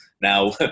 now